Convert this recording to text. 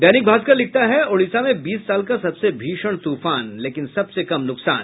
दैनिक भास्कर लिखता है ओडिशा में बीस साल का सबसे भीषण तूफान लेकिन सबसे कम नुकसान